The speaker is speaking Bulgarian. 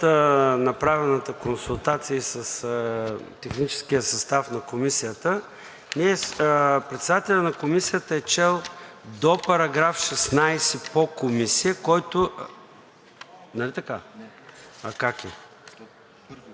направената консултация с техническия състав на Комисията, председателят на Комисията е чел до § 16 по Комисия, който… Нали така? (Реплика